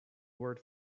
word